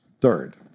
Third